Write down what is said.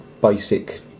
basic